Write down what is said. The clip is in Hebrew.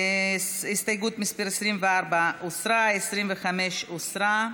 הסתייגות מס' 24 הוסרה, הסתייגות מס' 25 הוסרה,